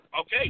okay